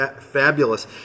Fabulous